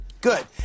Good